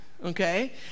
Okay